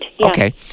Okay